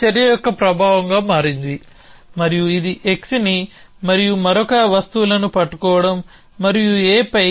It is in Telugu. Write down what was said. ఈ చర్య యొక్క ప్రభావంగా మారింది మరియు ఇది xని మరియు మరొక వస్తువులను పట్టుకోవడం మరియు A పై